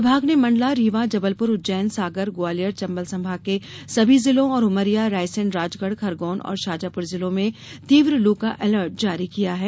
विभाग ने मंडला रीवा जबलप्र उज्जैन सागर ग्वालियर चंबल संभाग के सभी जिलों और उमरिया रायसेन राजगढ़ खरगौन और शाजापुर जिलों में तीव्र लू का अलर्ट जारी किया है